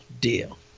deal